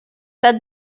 that